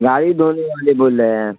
گاڑی دھونے والے بول رہے ہیں